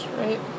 right